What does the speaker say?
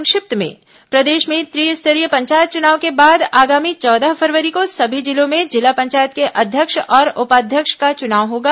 संक्षिप्त समाचार प्रदेश में त्रिस्तरीय पंचायत चुनाव के बाद आगामी चौदह फरवरी को सभी जिलों में जिला पंचायत के अध्यक्ष और उपाध्यक्ष का चुनाव होगा